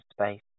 space